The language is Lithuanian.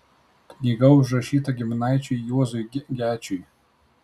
knyga užrašyta giminaičiui juozui gečiui